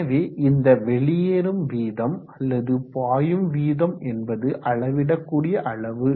எனவே இந்த வெளியேறும் வீதம் அல்லது பாயும் வீதம் என்பது அளவிடக்கூடிய அளவு